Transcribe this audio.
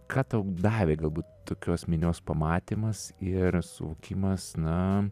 ką tau davė galbūt tokios minios pamatymas ir suvokimas na